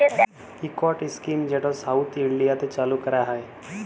ইকট ইস্কিম যেট সাউথ ইলডিয়াতে চালু ক্যরা হ্যয়